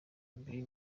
biri